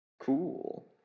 Cool